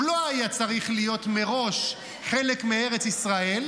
הוא לא היה צריך להיות מראש חלק מארץ-ישראל,